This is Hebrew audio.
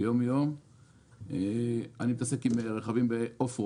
אני מתעסק עם רכבים ב-off road,